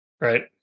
Right